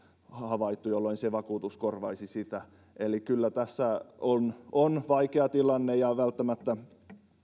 havaittu jolloin se vakuutus korvaisi sitä eli kyllä tässä on on vaikea tilanne ja välttämättä